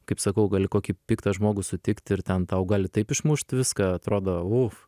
kaip sakau gali kokį piktą žmogų sutikt ir ten tau gali taip išmušt viską atrodo uf